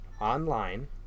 online